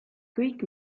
kõik